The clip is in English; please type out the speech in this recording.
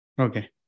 Okay